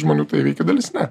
žmonių tai įveikia dalis ne